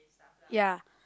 ya